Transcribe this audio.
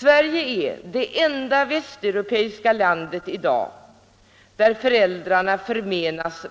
Sverige är det enda västeuropeiska land där föräldrarna i dag förmenas